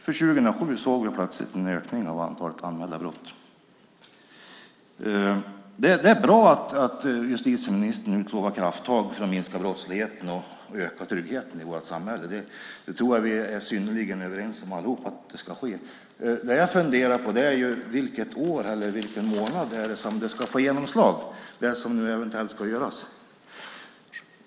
Men 2007 såg vi plötsligt en ökning av antalet anmälda brott. Det är bra att justitieministern nu tar krafttag för att minska brottsligheten och öka tryggheten i vårt samhälle. Det tror jag att vi är synnerligen överens om allihopa ska ske. Det jag funderar på är vilket år eller vilken månad som det ska få genomslag, det som nu eventuellt ska göras.